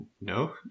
no